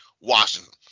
Washington